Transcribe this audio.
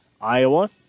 Iowa